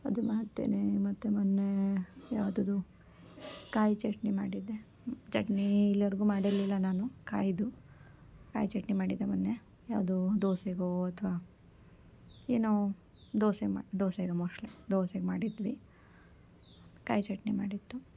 ಅದು ಮಾಡ್ತೇನೆ ಮತ್ತು ಮೊನ್ನೆ ಯಾವ್ದು ಅದು ಕಾಯಿ ಚಟ್ನಿ ಮಾಡಿದ್ದೆ ಚಟ್ನಿ ಇಲ್ಲಿವರೆಗೂ ಮಾಡಿರಲಿಲ್ಲ ನಾನು ಕಾಯ್ದು ಕಾಯಿ ಚಟ್ನಿ ಮಾಡಿದ್ದೆ ಮೊನ್ನೆ ಯಾವುದು ದೋಸೆಗೋ ಅಥ್ವಾ ಏನೋ ದೋಸೆ ಮ ದೋಸೆ ಮೋಸ್ಟ್ಲಿ ದೋಸೆ ಮಾಡಿದ್ವಿ ಕಾಯಿ ಚಟ್ನಿ ಮಾಡಿತ್ತು